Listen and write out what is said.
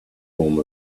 form